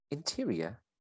Interior